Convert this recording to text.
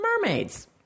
mermaids